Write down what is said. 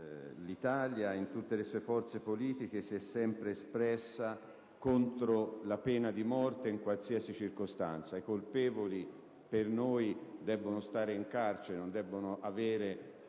l'Italia, in tutte le sue forze politiche, si è sempre espressa contro la pena di morte, in qualsiasi circostanza. I colpevoli devono stare in carcere e non essere